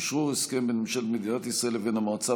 אשרור הסכם בין ממשלת מדינת ישראל לבין המועצה